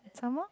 some more